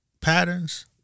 patterns